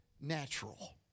natural